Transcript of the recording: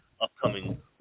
upcoming